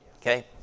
Okay